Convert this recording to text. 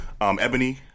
Ebony